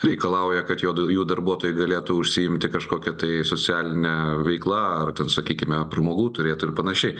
reikalauja kad jo jų darbuotojai galėtų užsiimti kažkokia tai socialine veikla ar sakykime pramogų turėtų ir panašiai